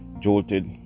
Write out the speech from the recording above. jolted